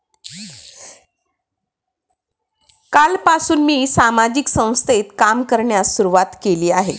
कालपासून मी सामाजिक संस्थेत काम करण्यास सुरुवात केली आहे